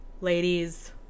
ladies